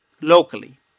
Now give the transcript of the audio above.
locally